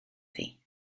thi